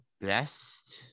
best